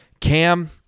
cam